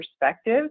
perspective